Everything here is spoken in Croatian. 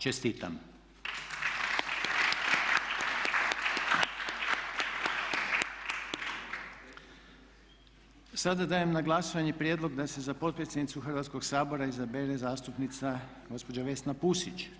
Čestitam! … Sada dajem na glasovanje Prijedlog da se za potpredsjednicu Hrvatskoga sabora izabere zastupnica gospođa Vesna Pusić.